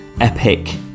epic